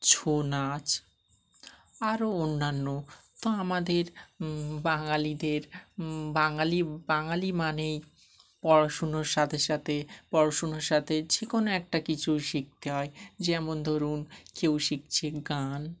ছৌ নাচ আরও অন্যান্য তো আমাদের বাঙালিদের বাঙালি বাঙালি মানেই পড়াশুনোর সাথে সাথে পড়াশুনোর সাথে যে কোনো একটা কিছু শিখতে হয় যেমন ধরুন কেউ শিখছে গান